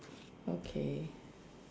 okay